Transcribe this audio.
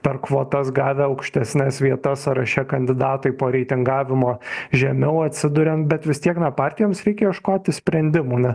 per kvotas gavę aukštesnes vietas sąraše kandidatai po reitingavimo žemiau atsiduriam bet vis tiek na partijoms reikia ieškoti sprendimų